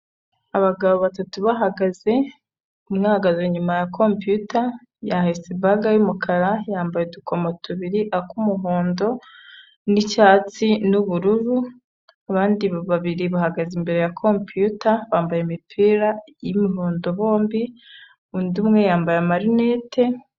Abagabo batatu bahagaze, umwe ahagaze inyuma ya kompiyuta, ahetse ibaga y'umukara, yambaye udukomo tubiri, ak'umuhondo n'icyatsi n'ubururu, abandi babiri bahagaze imbere ya kompiyuta, bambaye imipira y'imihondo bombi, undi umwe yambaye amarinete.